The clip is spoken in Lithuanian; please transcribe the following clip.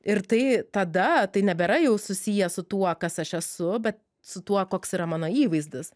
ir tai tada tai nebėra jau susiję su tuo kas aš esu bet su tuo koks yra mano įvaizdis